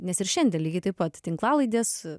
nes ir šiandien lygiai taip pat tinklalaidės